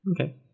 Okay